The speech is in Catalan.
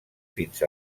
fins